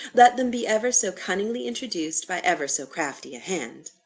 let them be ever so cunningly introduced by ever so crafty a hand.